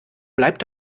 bleibt